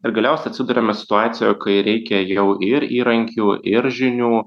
ir galiausiai atsiduriame situacijo kai reikia jau ir įrankių ir žinių